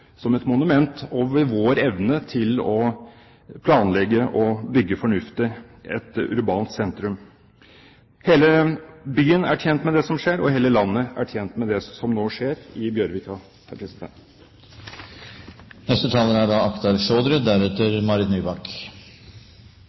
som et monument over vår evne til å planlegge og bygge et fornuftig urbant sentrum. Hele byen er tjent med det som skjer, og hele landet er tjent med det som nå skjer i Bjørvika.